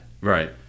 Right